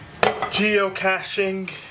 geocaching